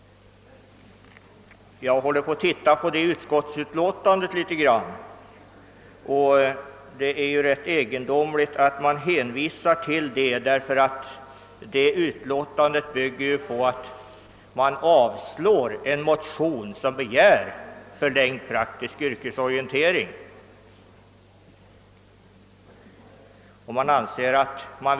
Jag har tittat litet på det utskottsutlåtandet, och jag tycker att det är rätt egendomligt att utskottet hänvisar till det. Utlåtandet bygger på en motion som begär förlängd praktisk yrkesorientering och som utskottet avstyrker.